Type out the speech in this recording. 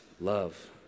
Love